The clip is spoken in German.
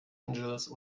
angeles